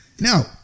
Now